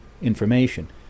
information